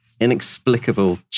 inexplicable